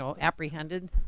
apprehended